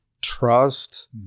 trust